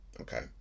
okay